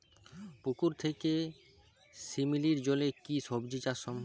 পুকুর থেকে শিমলির জলে কি সবজি চাষ সম্ভব?